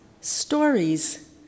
Stories